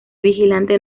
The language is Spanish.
vigilante